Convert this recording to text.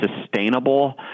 sustainable